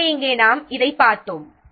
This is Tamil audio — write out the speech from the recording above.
எனவே இங்கே நாம் இதைப் பார்த்தோம்